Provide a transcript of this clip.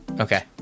Okay